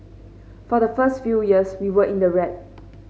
for the first few years we were in the red